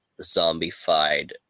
zombified